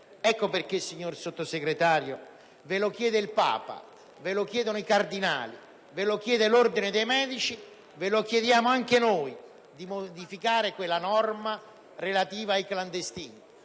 Ecco perché, signor Sottosegretario, ve lo chiede il Papa, ve lo chiedono i cardinali, ve lo chiede l'ordine dei medici, ve lo chiediamo anche noi, di modificare quella norma relativa ai clandestini,